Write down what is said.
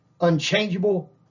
unchangeable